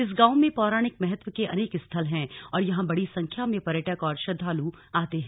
इस गांव में पौराणिक महत्व के अनेक स्थल हैं और यहां बड़ी संख्या में पर्यटक और श्रद्वालू आते हैं